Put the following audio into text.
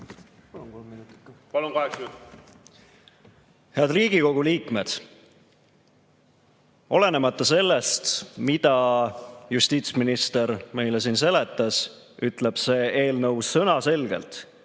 Aitäh! Head Riigikogu liikmed! Olenemata sellest, mida justiitsminister meile siin seletas, ütleb see eelnõu sõnaselgelt,